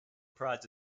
prides